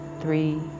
three